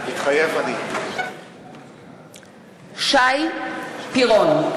מתחייב אני שי פירון,